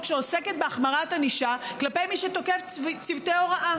שעוסקת בהחמרת ענישה כלפי מי שתוקף צוותי הוראה,